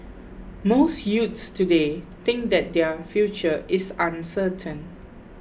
most youths today think that their future is uncertain